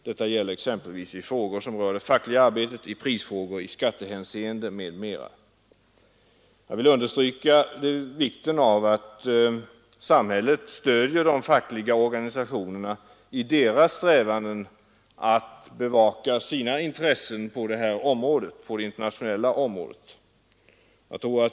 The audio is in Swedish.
Detta gäller exempelvis i frågor som rör det fackliga arbetet, i prisfrågor, i skattehänseende m.m.” Jag vill understryka vikten av att samhället stöder de fackliga organisationerna i deras strävanden att bevaka sina intressen på det internationella området.